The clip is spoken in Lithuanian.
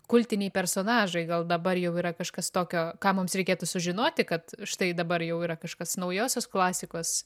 kultiniai personažai gal dabar jau yra kažkas tokio ką mums reikėtų sužinoti kad štai dabar jau yra kažkas naujosios klasikos